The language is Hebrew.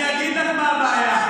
אני אגיד לך מה הבעיה.